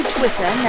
Twitter